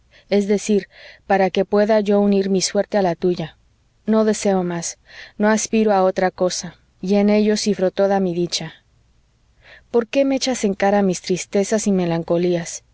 es decir para que pueda yo unir mi suerte a la tuya no deseo más no aspiro a otra cosa y en ello cifro toda mi dicha por qué me echas en cara mis tristezas y melancolías